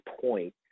point